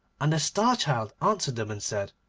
and the star-child answered them and said,